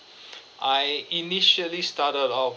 I initially started off